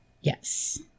Yes